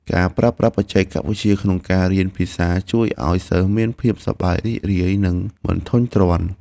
ការប្រើប្រាស់បច្ចេកវិទ្យាក្នុងការរៀនភាសាជួយឱ្យសិស្សមានភាពសប្បាយរីករាយនិងមិនធុញទ្រាន់។